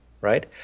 right